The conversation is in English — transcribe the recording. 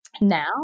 now